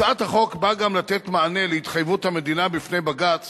הצעת החוק באה גם לתת מענה להתחייבות המדינה בפני בג"ץ